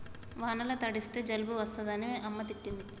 వానల తడిస్తే జలుబు చేస్తదని అమ్మ తిట్టింది